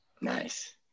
Nice